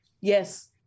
Yes